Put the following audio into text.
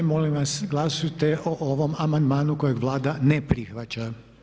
Molim vas glasujte o ovom amandmanu kojeg Vlada ne prihvaća.